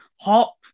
Hop